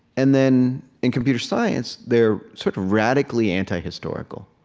and then in computer science, they're sort of radically anti-historical.